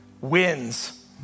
wins